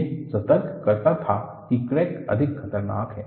यह सतर्क करता था कि क्रैक अधिक खतरनाक है